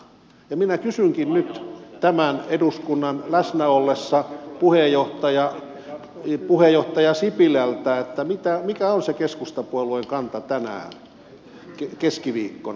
minä kysynkin nyt tämän eduskunnan läsnä ollessa puheenjohtaja sipilältä mikä on se keskustapuolueen kanta tänään keskiviikkona